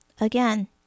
Again